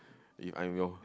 if I'm your